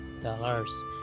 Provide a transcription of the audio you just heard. dollars